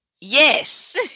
Yes